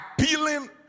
appealing